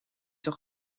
toch